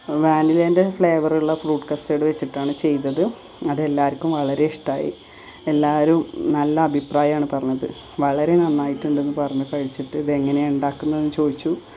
വാനിലേൻ്റെ flavour ഉള്ള fruit custard വെച്ചിട്ടാണ് ചെയ്തത് അതെല്ലാവർക്കും വളരെ ഇഷ്ടമായി എല്ലാവരും നല്ല അഭിപ്രായമാണ് പറഞ്ഞത് വളരെ നന്നായിട്ടുണ്ടെന്ന് പറഞ്ഞ് കഴിച്ചിട്ട് ഇത് എങ്ങനെയാണ് ഉണ്ടാക്കുന്നത് എന്ന് ചോദിച്ചു